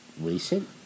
recent